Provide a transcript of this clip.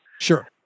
Sure